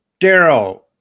Daryl